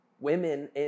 Women